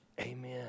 Amen